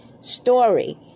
story